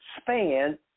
span